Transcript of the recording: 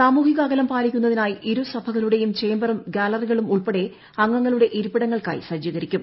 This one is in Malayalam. സാമൂഹിക അകലം പാലിക്കുന്നതിനായി ഇരു സഭകളുടെയും ചേമ്പറും ഗാലറികളും ഉൾപ്പെടെ അംഗങ്ങളുടെ ഇരിപ്പിടങ്ങൾക്കായി സജ്ജീകരിക്കും